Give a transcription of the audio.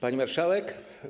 Pani Marszałek!